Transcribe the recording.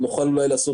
ונוכל אולי לעשות